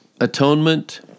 atonement